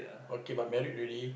okay but married already